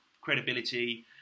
Credibility